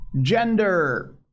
Gender